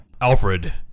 Alfred